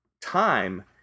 Time